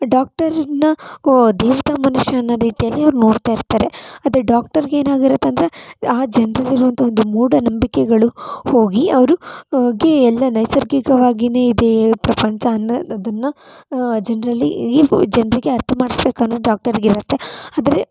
ಡಾಕ್ಟರನ್ನು ಓ ದೇವತಾ ಮನುಷ್ಯ ಅನ್ನೋ ರೀತಿಯಲ್ಲಿ ಅವರು ನೋಡ್ತಾ ಇರ್ತಾರೆ ಅದೇ ಡಾಕ್ಟರ್ಗೇನಾಗಿರುತ್ತೆ ಅಂದರೆ ಆ ಜನರಲ್ಲಿರೋವಂಥ ಒಂದು ಮೂಢನಂಬಿಕೆಗಳು ಹೋಗಿ ಅವರಿಗೆ ಎಲ್ಲ ನೈಸರ್ಗಿಕವಾಗಿಯೇ ಇದೆ ಪ್ರಪಂಚ ಅನ್ನೋದನ್ನು ಜನರಲ್ಲಿ ಈ ಜನರಿಗೆ ಅರ್ಥ ಮಾಡಿಸ್ಬೇಕನ್ನೋದು ಈ ಡಾಕ್ಟರ್ಗೆ ಇರುತ್ತೆ ಆದರೆ